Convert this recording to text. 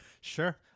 sure